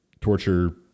torture